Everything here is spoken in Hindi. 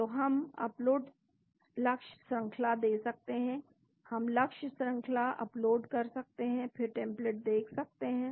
तो हम अपलोड लक्ष्य श्रंखला दे सकते हैं हम लक्ष्य श्रंखला अपलोड कर सकते हैं फिर टेम्पलेट्स खोज सकते हैं